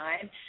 time